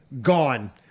Gone